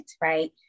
right